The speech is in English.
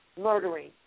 murdering